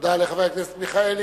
תודה לחבר הכנסת מיכאלי.